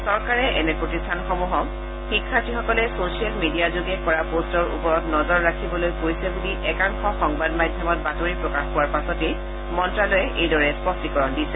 চৰকাৰে এনে প্ৰতিষ্ঠানসমূহক শিক্ষাৰ্থীসকলে ছচিয়েল মিডিয়াযোগে কৰা পষ্টৰ ওপৰত নজৰ ৰাখিবলৈ কৈছে বুলি একাংশ সংবাদ মাধ্যমত বাতৰি প্ৰকাশ পোৱাৰ পাছতে মন্ত্ৰালয়ে এইদৰে স্পষ্টীকৰণ দিছে